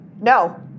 No